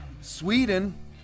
Sweden